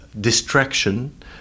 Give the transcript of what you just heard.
distraction